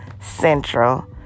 Central